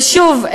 ושוב,